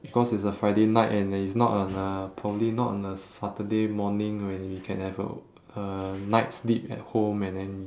because it's a friday night and uh it's not on a probably not on a saturday morning when we can have a uh night's sleep at home and then